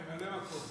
ממלא מקום.